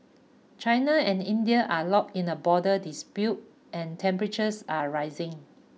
China and India are locked in a border dispute and temperatures are rising